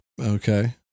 Okay